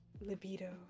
Libido